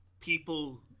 people